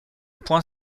point